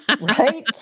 Right